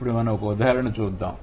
ఇప్పుడు మనం ఒక ఉదాహరణను చూద్దాం